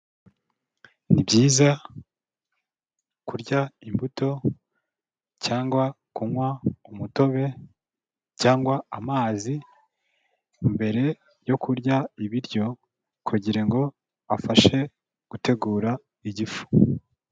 Ni byiza kurya imbuto cyangwa kunywa umutobe cyangwa amazi, mbere yo kurya ibiryo, kugira ngo afashe gutegura igifu.